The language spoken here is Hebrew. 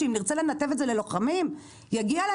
שאם נרצה לנתב את זה ללוחמים יגיע לנו